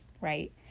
right